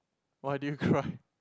why do you cry